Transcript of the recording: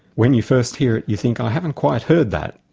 when you first hear it, you think i haven't quite heard that,